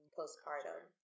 postpartum